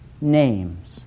names